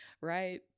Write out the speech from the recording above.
right